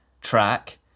track